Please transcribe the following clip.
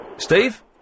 Steve